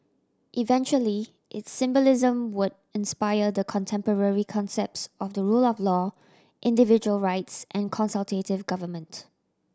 eventually its symbolism would inspire the contemporary concepts of the rule of law individual rights and consultative government